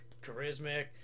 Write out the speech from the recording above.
charismatic